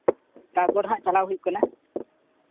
ᱛᱟᱨᱯᱚᱨ ᱦᱟᱸᱜ ᱪᱟᱞᱟᱣ ᱦᱩᱭᱩᱜ ᱠᱟᱱᱟ